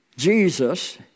Jesus